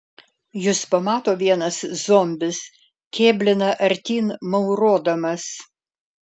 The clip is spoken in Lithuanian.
jus pamato vienas zombis kėblina artyn maurodamas